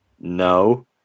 No